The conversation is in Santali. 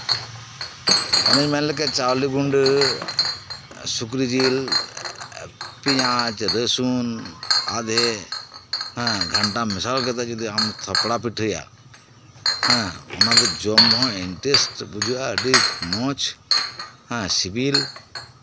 ᱚᱱᱮᱧ ᱢᱮᱱ ᱞᱮᱠᱟ ᱪᱟᱣᱞᱮ ᱜᱩᱰᱟᱹ ᱥᱩᱠᱨᱤ ᱡᱤᱞ ᱯᱮᱭᱟᱡ ᱨᱟᱹᱥᱩᱱ ᱟᱫᱷᱮ ᱦᱮᱸ ᱜᱷᱟᱱᱴᱟ ᱢᱮᱥᱟᱞ ᱠᱟᱛᱮᱫ ᱡᱩᱫᱤ ᱟᱢ ᱛᱷᱟᱯᱲᱟ ᱯᱤᱴᱷᱟᱹᱭᱟᱢ ᱚᱱᱟ ᱫᱚ ᱡᱚᱢ ᱨᱮᱦᱚᱸ ᱤᱱᱴᱮᱥᱴ ᱵᱩᱡᱷᱟᱹᱜᱼᱟ ᱟᱹᱰᱤ ᱢᱚᱸᱡᱽ ᱥᱤᱵᱤᱞ